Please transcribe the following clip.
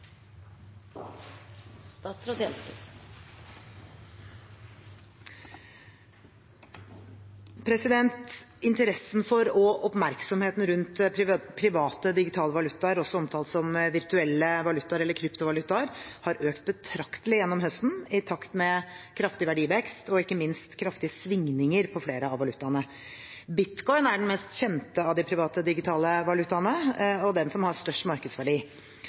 Interessen for og oppmerksomheten rundt private digitale valutaer, også omtalt som virtuelle valutaer, eller kryptovalutaer, har økt betraktelig gjennom høsten, i takt med kraftig verdivekst og ikke minst kraftige svingninger på flere av valutaene. Bitcoin er den mest kjente av de private digitale valutaene og den som har størst markedsverdi.